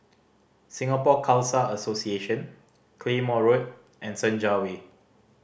Singapore Khalsa Association Claymore Road and Senja Way